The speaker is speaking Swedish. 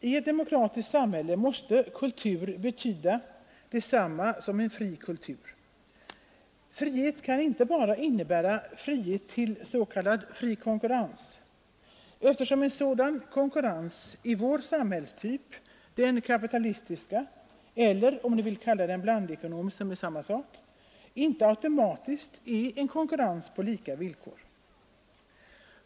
I ett demokratiskt samhälle måste kultur betyda detsamma som en fri kultur. Och friheten kan inte bara innebära frihet till s.k. fri konkurrens, eftersom en sådan konkurrens i vår samhällstyp — den kapitalistiska eller, om man så vill kalla den, den blandekonomiska; det är samma sak — inte automatiskt är en konkurrens på lika villkor.